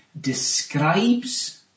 describes